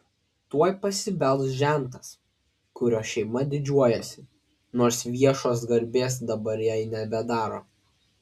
tuoj pasibels žentas kuriuo šeima didžiuojasi nors viešos garbės dabar jai nebedaro